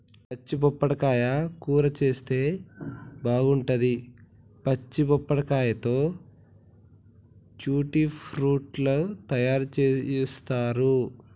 పచ్చి పప్పడకాయ కూర చేస్తే బాగుంటది, పచ్చి పప్పడకాయతో ట్యూటీ ఫ్రూటీ లు తయారు చేస్తారు